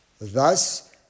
Thus